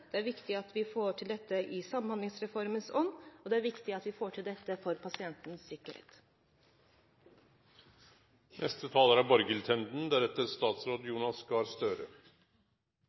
er det viktig at vi går videre med dette. Det er viktig at vi får til dette i Samhandlingsreformens ånd, og det er viktig at vi får til dette for pasientens